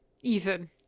Ethan